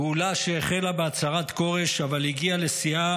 גאולה שהחלה בהצהרת כורש אבל הגיעה לשיאה